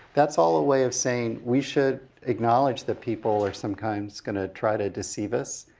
that's all a way of saying, we should acknowledge that people are sometimes gonna try to deceive us.